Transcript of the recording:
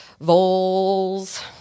Voles